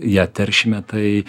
ją teršime tai